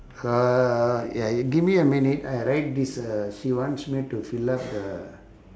ah ya you give me a minute I write this uh she wants me to fill up the